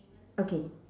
okay